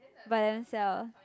by themself